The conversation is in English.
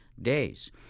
days